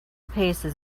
paces